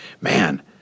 man